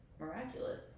miraculous